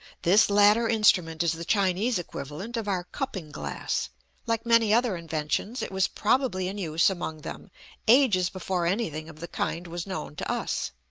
this latter instrument is the chinese equivalent of our cupping-glass like many other inventions, it was probably in use among them ages before anything of the kind was known to us.